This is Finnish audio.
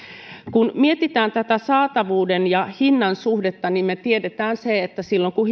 kun mietitään tätä saatavuuden ja hinnan suhdetta niin me tiedämme sen että silloin kun